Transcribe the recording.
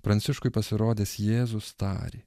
pranciškui pasirodęs jėzus tarė